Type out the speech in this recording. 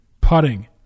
putting